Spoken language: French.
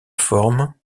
forme